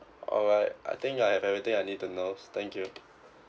alright I think I have everything I need to know thank you